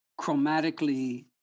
chromatically